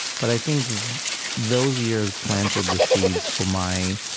but i think those years planted the seeds for my